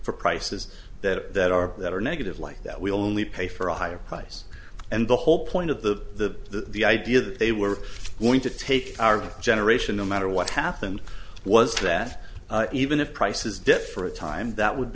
for prices that are that are negative like that we only pay for a higher price and the whole point of the the idea that they were going to take our generation no matter what happened was that even if prices debt for a time that would